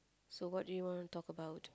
so what do you wanna talk about